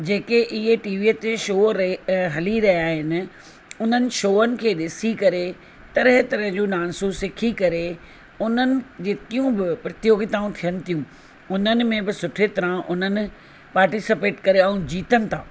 जेके इहे टीवीअ ते शो ऐं हली रहिया आहिनि उन्हनि शोअनि खे ॾिसी करे तरह तरह जो डांसियूं सिखी करे उन्हनि जेकियूं बि प्रतियोगिताऊं थियनि थियूं उन्हनि में बि सुठी तरह उन्हनि पार्टिसिपेट करे ऐं जीतनि था